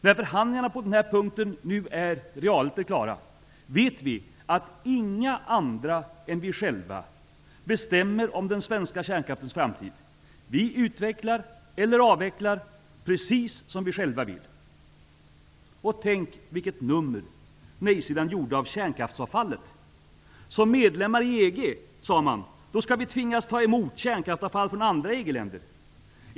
När förhandlingarna på den här punkten realiter nu är klara, vet vi att inga andra än vi själva bestämmer om den svenska kärnkraftens framtid. Vi utvecklar eller avvecklar precis som vi själva vill! Och tänk vilket nummer nej-sidan gjorde av kärnkraftsavfallet. Som medlem i EG, sade man, skall vi tvingas ta emot kärnkraftsavfall från andra EG-länder.